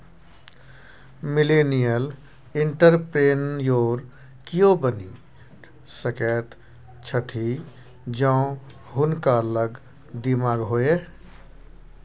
millennial entrepreneur कियो बनि सकैत छथि जौं हुनका लग दिमाग होए